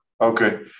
Okay